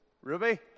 Ruby